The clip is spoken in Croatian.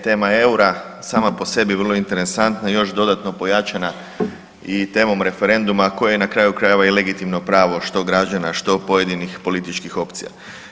Tema eura sama po sebi je vrlo interesantna i još dodatno pojačana i temom referenduma koje je na kraju krajeve i legitimno pravo što građana, što pojedinih političkih opcija.